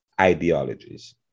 ideologies